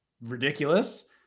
ridiculous